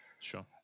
Sure